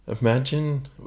Imagine